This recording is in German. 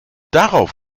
darauf